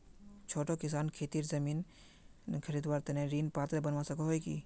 छोटो किसान खेतीर जमीन खरीदवार तने ऋण पात्र बनवा सको हो कि?